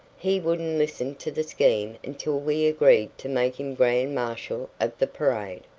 he wouldn't listen to the scheme until we agreed to make him grand marshal of the parade.